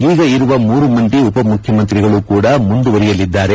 ಈಗ ಇರುವ ಮೂರು ಮಂದಿ ಉಪ ಮುಖ್ಯಮಂತ್ರಿಗಳು ಕೂಡ ಮುಂದುವರಿಯಲಿದ್ದಾರೆ